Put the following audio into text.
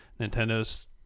Nintendo's